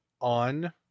on